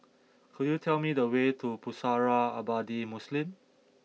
could you tell me the way to Pusara Abadi Muslim